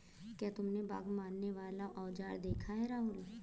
क्या तुमने बाघ मारने वाला औजार देखा है राहुल?